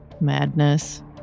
madness